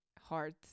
heart